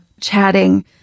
chatting